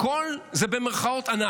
הכול זה "אנחנו".